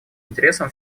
интересам